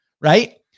right